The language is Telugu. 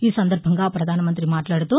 ఈసందర్బంగా ప్రధానమంతి మాట్లాడుతూ